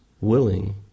willing